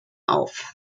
auf